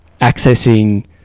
Accessing